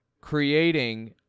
creating